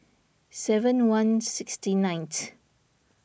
seven one six ninth